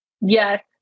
Yes